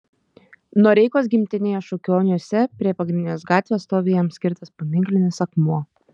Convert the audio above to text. noreikos gimtinėje šukioniuose prie pagrindinės gatvės stovi jam skirtas paminklinis akmuo